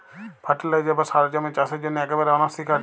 fertiliser বা সার জমির চাসের জন্হে একেবারে অনসীকার্য